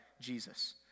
Jesus